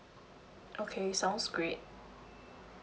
okay sounds great